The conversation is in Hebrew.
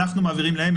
אנחנו מעבירים להם,